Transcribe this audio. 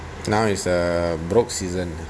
now is a broke season